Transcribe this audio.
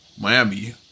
Miami